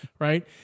right